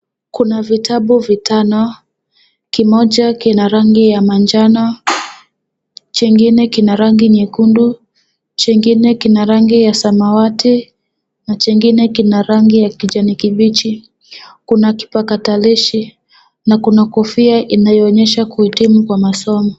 Kuna vitabu vitano, kimoja kina rangi ya manjano, chengine kina rangi nyekundu, chengine kina rangi ya samawati na chengine kina rangi ya kijani kibichi. Kuna kipakatalishi na kuna kofia inayoonyesha kuhitimu kwa masomo.